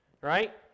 right